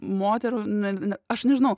moterų ne ne aš nežinau